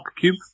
cube